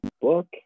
book